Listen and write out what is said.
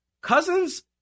Cousins